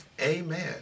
Amen